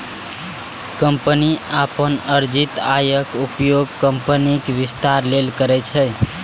company अपन अर्जित आयक उपयोग कंपनीक विस्तार लेल करै छै